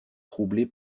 troublé